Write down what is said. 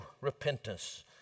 repentance